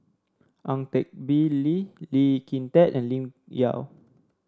Ang Teck Bee Lee Lee Kin Tat and Lim Yau